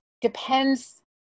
depends